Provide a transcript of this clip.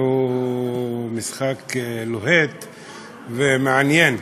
והוא משחק לוהט ומעניין.